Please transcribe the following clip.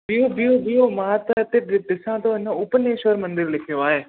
बीहो बीहो बीहो मां त हिते ॾि ॾिसांतो हिन उपनेश्वर मंदरु लिखियो आहे